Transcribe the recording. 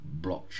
blockchain